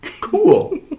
cool